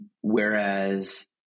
whereas